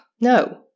no